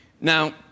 Now